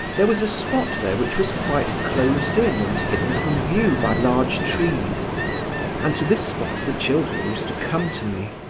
there was a spot there which was quite closed in and hidden from view by large trees and to this spot the children used to come to me.